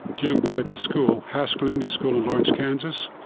young boy at the school, haskell indian school in lawrence, kansas.